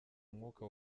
umwuka